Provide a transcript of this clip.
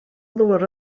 ddŵr